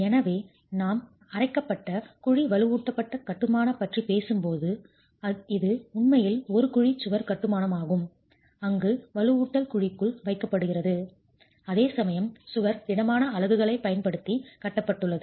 எனவே நாம் அரைக்கப்பட்ட குழி வலுவூட்டப்பட்ட கட்டுமான பற்றி பேசும்போது இது உண்மையில் ஒரு குழி சுவர் கட்டுமானமாகும் அங்கு வலுவூட்டல் குழிக்குள் வைக்கப்படுகிறது அதேசமயம் சுவர் திடமான அலகுகளைப் பயன்படுத்தி கட்டப்பட்டுள்ளது